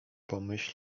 pomyś